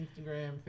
Instagram